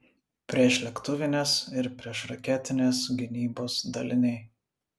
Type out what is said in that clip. priešlėktuvinės ir priešraketinės gynybos daliniai